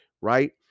Right